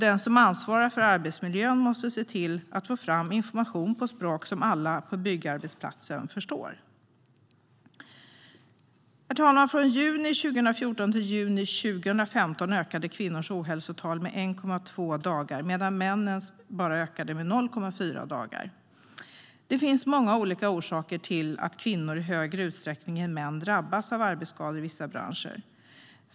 Den som ansvarar för arbetsmiljön måste se till att få fram information på språk som alla på byggarbetsplatsen förstår. Herr talman! Från juni 2014 till juni 2015 ökade kvinnors ohälsotal med 1,2 dagar medan männens ökade med 0,4 dagar. Det finns många olika orsaker till att kvinnor i högre utsträckning än män drabbas av arbetsskador i vissa branscher.